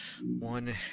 one